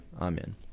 Amen